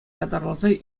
ятарласа